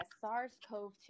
SARS-CoV-2